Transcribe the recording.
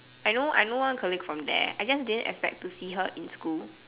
I know I know one colleague from there I just didn't expect to see her in school